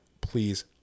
please